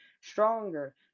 stronger